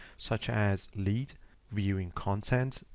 such as lead viewing contents,